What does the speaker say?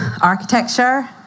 architecture